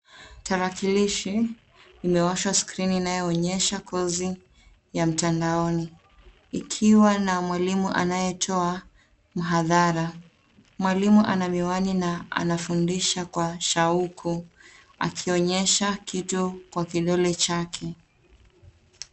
Tarakilishi iliyowashwa skrini inayoonyesha kozi ya mtandaoni ikiwa na mwalimu anayetoa mhadhara. Mwalimu ana miwani na anafundisha kwa shauku, akionyesha kitu kwa kidole chake.